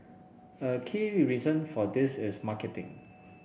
a key reason for this is marketing